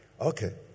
Okay